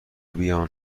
بیان